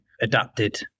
adapted